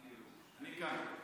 אני כאן.